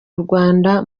rwanda